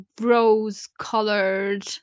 rose-colored